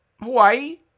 Hawaii